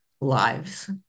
lives